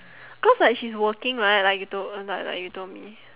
cause like she's working right like you told like like you told me